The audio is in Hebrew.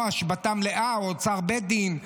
או השבתה מלאה או אוצר בית דין.